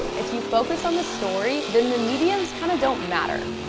if you focus on the story, then the mediums kinda don't matter.